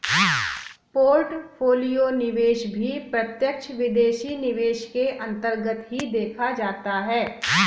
portfolio निवेश भी प्रत्यक्ष विदेशी निवेश के अन्तर्गत ही देखा जाता है